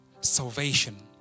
salvation